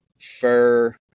fur